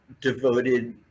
devoted